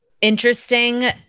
interesting